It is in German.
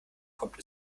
kommt